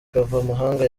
kavamahanga